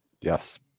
Yes